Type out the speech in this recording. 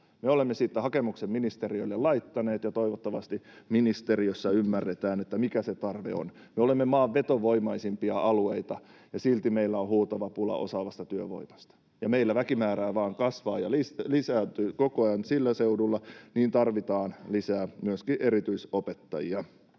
Me olemme siitä hakemuksen ministeriölle laittaneet, ja toivottavasti ministeriössä ymmärretään, mikä se tarve on. Me olemme maan vetovoimaisimpia alueita, ja silti meillä on huutava pula osaavasta työvoimasta, ja meillä väkimäärä vaan kasvaa ja lisääntyy koko ajan sillä seudulla, joten tarvitaan lisää myöskin erityisopettajia.